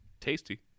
tasty